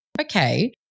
okay